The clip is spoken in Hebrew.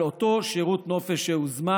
על אותו שירות נופש שהוזמן.